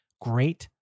Great